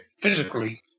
physically